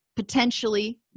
Potentially